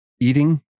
Eating